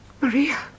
Maria